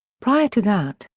prior to that,